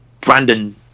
Brandon